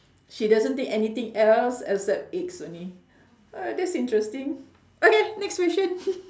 she doesn't take anything else except eggs only oh that's interesting okay next question